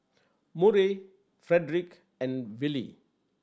Murray Frederick and Wylie